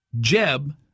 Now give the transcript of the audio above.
Jeb